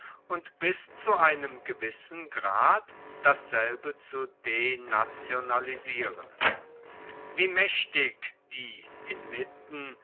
und bis zu einem gewissen grad dasselbe zu denationalisieren wie mächtig die inmitten